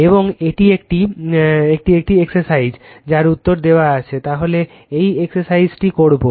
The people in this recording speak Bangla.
এবং এটি একটি এক্সারসাইজ যার উত্তর দেওয়া আছে তাহলে এই এক্সারসাইজটি করবো